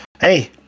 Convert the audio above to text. hey